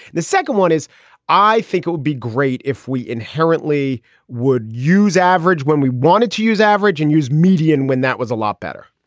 the second one is i think it'd be great if we inherently would use average when we wanted to use average and use median when that was a lot better.